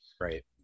Right